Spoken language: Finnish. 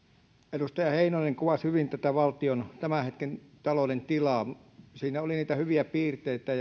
edustaja heinonen kuvasi hyvin valtion tämän hetken talouden tilaa siinä oli niitä hyviä piirteitä